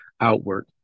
outward